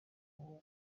ubwo